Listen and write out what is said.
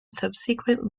subsequent